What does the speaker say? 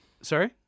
Sorry